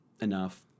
enough